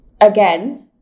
again